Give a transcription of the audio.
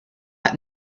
hat